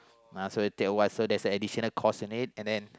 uh so they take a while so there's a additional cost in it and then